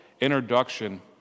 Introduction